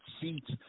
seats